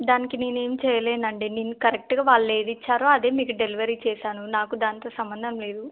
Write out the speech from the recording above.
దానికి నేను ఏమి చేయలేనండి నేను కరెక్ట్గా వాళ్ళు ఏది ఇచ్చారో అదే మీకు డెలివరీ చేశాను నాకు దాంతో సంబంధం లేదు